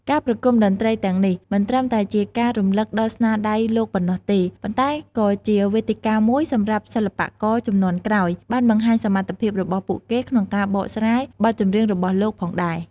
ការប្រគុំតន្ត្រីទាំងនេះមិនត្រឹមតែជាការរំលឹកដល់ស្នាដៃលោកប៉ុណ្ណោះទេ ប៉ុន្តែក៏ជាវេទិកាមួយសម្រាប់សិល្បករជំនាន់ក្រោយបានបង្ហាញសមត្ថភាពរបស់ពួកគេក្នុងការបកស្រាយបទចម្រៀងរបស់លោកផងដែរ ។